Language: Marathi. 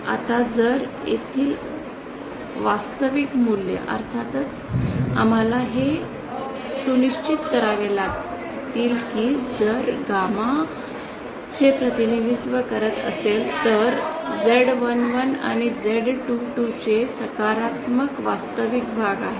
आता जर येथील वास्तविक मूल्ये अर्थातच आम्हाला हे सुनिश्चित करावे लागतील की जर गॅमा प्रतिनिधित्व करत असेल तर झेड११ आणि झेड२२ चे सकारात्मक वास्तविक भाग आहेत